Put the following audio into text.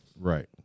Right